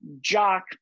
jock